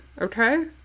okay